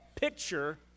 picture